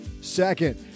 Second